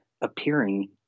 appearing